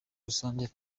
rusange